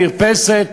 מרפסת,